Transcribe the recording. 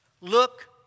look